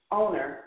owner